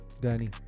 Danny